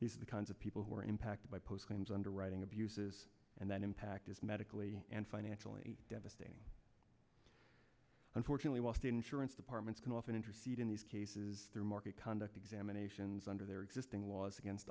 these are the kinds of people who are impacted by post claims underwriting abuses and that impact is medically and financially devastating unfortunately whilst insurance departments can often intercede in these cases through market conduct examinations under their existing laws against